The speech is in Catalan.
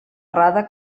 errada